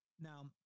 Now